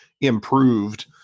improved